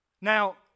Now